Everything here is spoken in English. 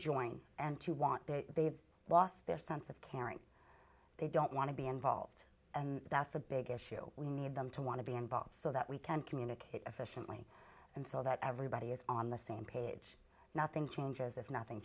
join and to want that they've lost their sense of caring they don't want to be involved and that's a big issue we need them to want to be involved so that we can communicate efficiently and so that everybody is on the same page nothing changes if nothing